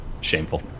Shameful